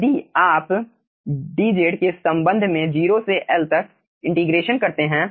यदि आप dz के संबंध में 0 से L तक इंटीग्रेशन करते हैं